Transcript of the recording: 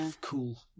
cool